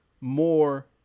more